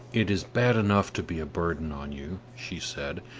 it is bad enough to be a burden on you, she said,